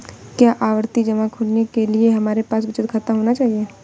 क्या आवर्ती जमा खोलने के लिए हमारे पास बचत खाता होना चाहिए?